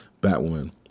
Batwoman